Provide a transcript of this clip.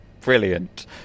brilliant